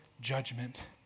judgment